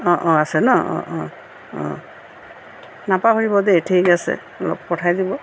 অঁ অঁ আছে ন অঁ অঁ অঁ নাপাহৰিব দেই ঠিক আছে অলপ পঠাই দিব